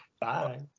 Bye